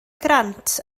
grant